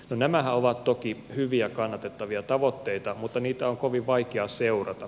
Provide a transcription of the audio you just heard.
nämähän ovat toki hyviä kannatettavia tavoitteita mutta niitä on kovin vaikea seurata